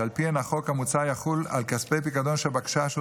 שעל פיהן החוק המוצע יחול על כספי פיקדון שהבקשה של